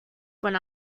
when